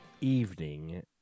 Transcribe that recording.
evening